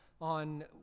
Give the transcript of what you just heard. on